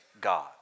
God